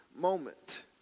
moment